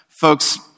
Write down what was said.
folks